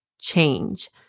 change